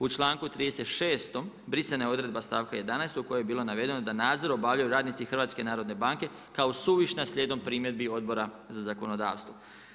U čl.36. brisana je odredba stavka 11 u kojoj je bilo navedeno da nadzor obavljaju radnici HNB, kao suvišan slijedom primjedbi Odbora za zakonodavstvo.